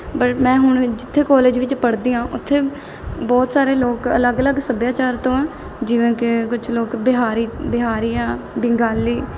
ਪਰ ਮੈਂ ਹੁਣ ਜਿੱਥੇ ਕੋਲੇਜ ਵਿੱਚ ਪੜ੍ਹਦੀ ਹਾਂ ਉੱਥੇ ਬਹੁਤ ਸਾਰੇ ਲੋਕ ਅਲੱਗ ਅਲੱਗ ਸੱਭਿਆਚਾਰ ਤੋਂ ਆ ਜਿਵੇਂ ਕਿ ਕੁਛ ਲੋਕ ਬਿਹਾਰੀ ਬਿਹਾਰੀ ਆ ਬੰਗਾਲੀ